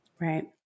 Right